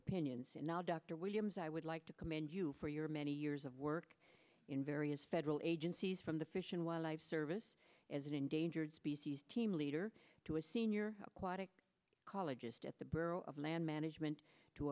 opinion now dr williams i would like to commend you for your many years of work in various federal agencies from the fish and wildlife service as an endangered species team leader to a senior colleague just at the bureau of land management to